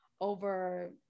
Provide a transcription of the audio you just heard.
over